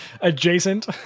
adjacent